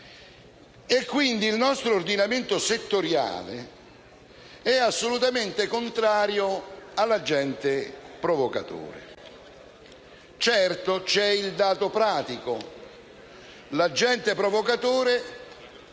E quindi, il nostro ordinamento settoriale è assolutamente contrario all'agente provocatore. Certo, c'è il dato pratico. L'agente provocatore